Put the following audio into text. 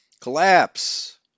collapse